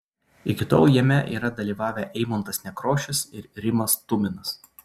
iki tol jame yra dalyvavę eimuntas nekrošius ir rimas tuminas